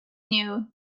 knew